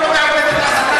אם הוא לא מעבד את האדמה,